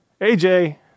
AJ